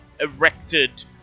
erected